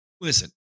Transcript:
Listen